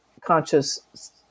conscious